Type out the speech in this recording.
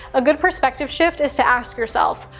a good perspective shift is to ask yourself,